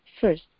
first